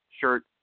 shirt